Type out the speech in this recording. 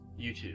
YouTube